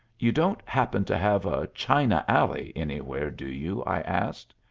you don't happen to have a china-alley anywhere, do you? i asked.